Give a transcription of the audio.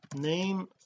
name